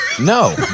No